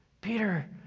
Peter